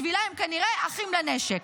בשבילה הם כנראה "אחים לנשק".